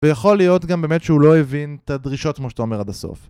ויכול להיות גם באמת שהוא לא הבין את הדרישות כמו שאתה אומר עד הסוף